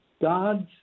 God's